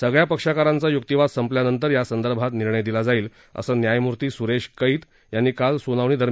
सगळ्या पक्षकारांचा युक्तिवाद संपल्यानंतर यासंदर्भात निर्णय दिला जाईल असं न्यायमूर्ती सुरेश कैत यांनी काल सुनावणीदरम्यान सांगितलं